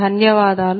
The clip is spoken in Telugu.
ధన్యవాదాలు